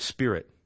Spirit